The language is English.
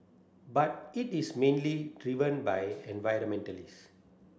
but it is mainly driven by environmentalist